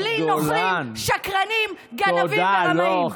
ובלי נוכלים, שקרנים, גנבים ורמאים.